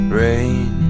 rain